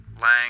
Lang